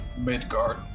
midgard